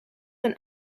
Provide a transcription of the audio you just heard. een